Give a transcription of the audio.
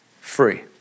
Free